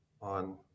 on